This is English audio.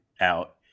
out